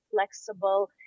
flexible